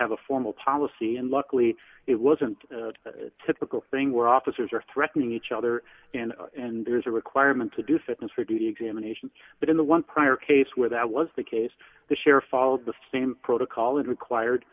have a formal policy and luckily it wasn't a typical thing where officers are threatening each other and there is a requirement to do fitness for duty examinations but in the one prior case where that was the case the sheriff followed the same protocol that required